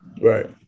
Right